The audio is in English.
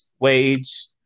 wage